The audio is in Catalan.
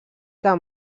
que